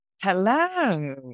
Hello